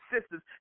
sisters